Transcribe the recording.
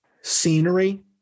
scenery